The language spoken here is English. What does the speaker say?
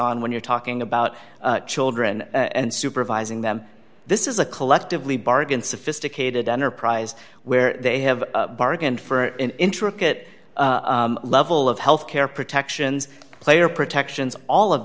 on when you're talking about children and supervising them this is a collectively bargain sophisticated enterprise where they have bargained for in intricate level of health care protections player protections all of